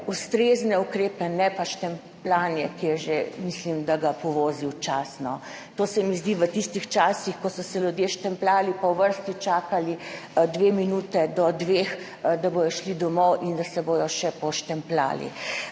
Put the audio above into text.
ustrezne ukrepe, ne pa štempljanje, ki ga je, mislim, da že povozil čas. To se mi zdi, da je bilo v tistih časih, ko so se ljudje štempljali in v vrsti čakali dve minuti do dveh, da bodo šli domov in da se bodo še poštempljali.